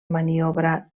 maniobrar